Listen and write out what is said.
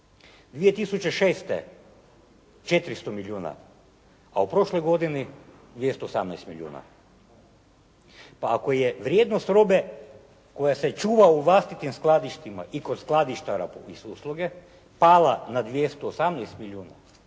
2006. 400 milijuna, a u prošloj godini 218 milijuna. Pa ako je vrijednost robe koja se čuva u vlastitim skladištima i kod skladištara … /Govornik se ne razumije./